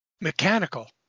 mechanical